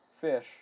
fish